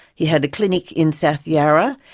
he had a clinic in south yarra.